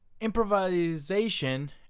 improvisation